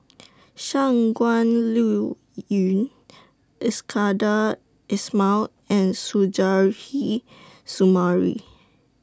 Shangguan Liuyun Iskandar Ismail and Suzairhe Sumari